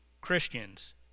Christians